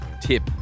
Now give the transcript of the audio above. tip